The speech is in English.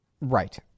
Right